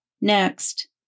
Next